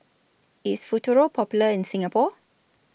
IS Futuro Popular in Singapore